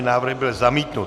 Návrh byl zamítnut.